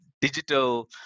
digital